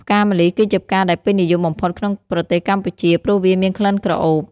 ផ្កាម្លិះ គឺជាផ្កាដែលពេញនិយមបំផុតក្នុងប្រទេសកម្ពុជា ព្រោះវាមានក្លិនក្រអូប។